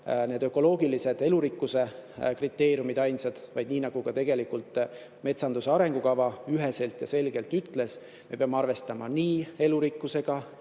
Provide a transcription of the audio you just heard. need ökoloogilised elurikkuse kriteeriumid ainsad, vaid nii nagu ka metsanduse arengukava üheselt ja selgelt ütles: me peame arvestama elurikkusega,